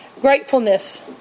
Gratefulness